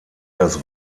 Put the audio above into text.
das